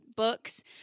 books